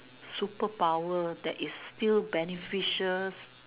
superpower that is still beneficial